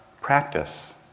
practice